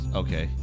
okay